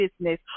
business